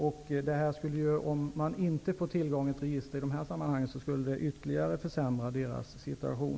Om de i detta sammanhang inte får tillgång till ett register skulle det ytterligare försämra deras situation.